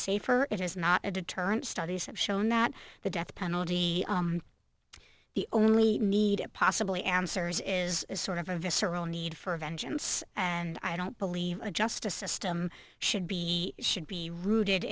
safer it is not a deterrent studies have shown that the death penalty the only need it possibly answers is a sort of a visceral need for vengeance and i don't believe a justice system should be should be rooted